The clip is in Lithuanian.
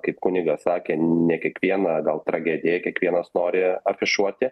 kaip kunigas sakė ne kiekvieną gal tragediją kiekvienas nori afišuoti